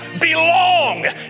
belong